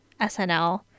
SNL